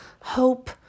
Hope